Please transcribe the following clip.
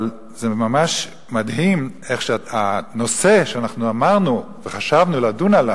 אבל זה ממש מדהים איך הנושא שאמרנו וחשבנו לדון עליו,